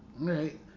Right